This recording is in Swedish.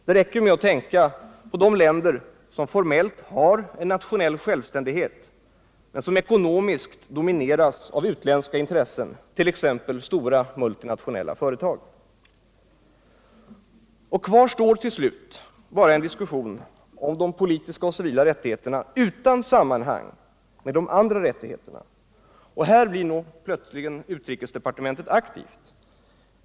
Det räcker med att tänka på de länder som formellt har nationell självständighet men som ekonomiskt domineras av utländska intressen, t.ex. stora multinationella företag. Kvar står till slut bara en diskussion om de politiska och civila rättigheterna utan sammanhang med de andra rättigheterna. Här blir plötsligen utrikesdepartementet aktivt.